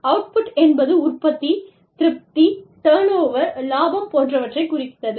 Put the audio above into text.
output என்பது உற்பத்தி திருப்தி டர்ன்ஓவர் லாபம் போன்றவற்றை குறிக்கிறது